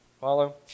Follow